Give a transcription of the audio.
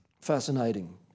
Fascinating